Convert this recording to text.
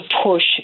push